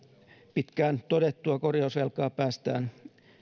pitkään todettua korjausvelkaa päästään